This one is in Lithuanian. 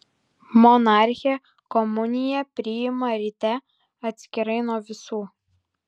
monarchė komuniją priima ryte atskirai nuo visų